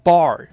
Bar